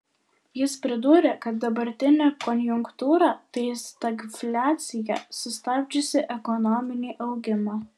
jis pridūrė kad dabartinė konjunktūra tai stagfliacija sustabdžiusi ekonominį augimą